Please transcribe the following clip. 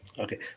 Okay